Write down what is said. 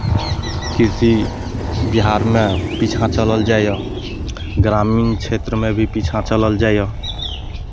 कृषि बिहारमे पीछाँ चलल जाइए ग्रामीण क्षेत्रमे भी पीछाँ चलल जाइए